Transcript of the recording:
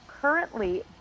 currently